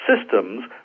systems